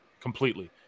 completely